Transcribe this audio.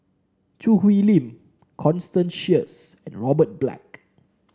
Choo Hwee Lim Constance Sheares and Robert Black